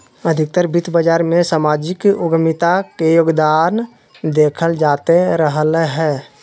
अधिकतर वित्त बाजार मे सामाजिक उद्यमिता के योगदान देखल जाते रहलय हें